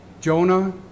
Jonah